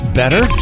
better